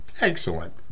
Excellent